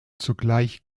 zugleich